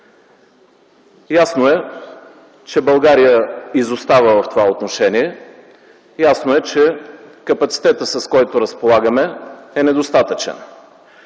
Ясно е, че България изостава в това отношение. Ясно е, че капацитетът, с който разполагаме, е недостатъчен.